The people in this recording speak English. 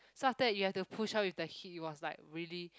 so after that you have to push her with the heat it was like really